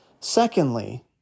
Secondly